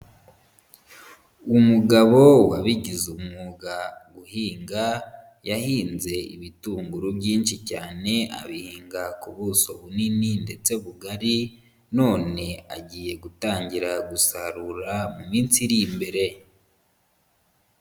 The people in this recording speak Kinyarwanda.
Umugabo wabigize umwuga guhinga, yahinze ibitunguru byinshi cyane abihinga ku buso bunini ndetse bugari none agiye gutangira gusarura mu minsi iri imbere.